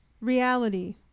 reality